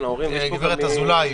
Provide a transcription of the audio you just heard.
גברת א’.